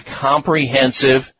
comprehensive